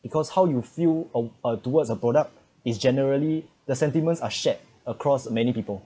because how you feel of uh towards a product is generally the sentiments are shared across many people